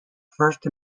first